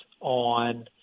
on